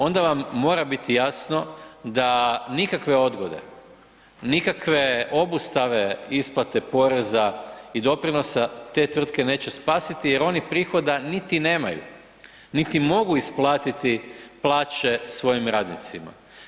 Onda mora biti jasno da nikakve odgode, nikakve obustave isplate poreza i doprinosa te tvrtke neće spasiti jer oni prihoda niti nemaju. niti mogu isplatiti plaće svojim radnicima.